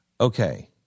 Okay